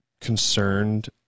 concerned